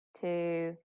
two